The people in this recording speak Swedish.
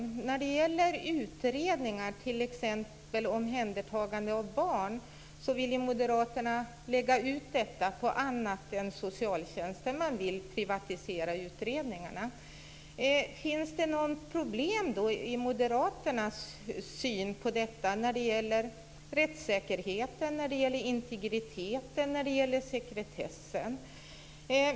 Moderaterna vill lägga ut utredningar vid t.ex. omhändertagande av barn på andra instanser än socialtjänsten. Man vill privatisera utredningarna. Finns det några problem för Moderaterna när det gäller synen på rättssäkerheten, integriteten och sekretessen i dessa sammanhang?